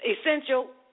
essential